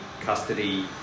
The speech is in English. custody